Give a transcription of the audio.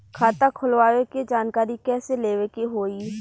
खाता खोलवावे के जानकारी कैसे लेवे के होई?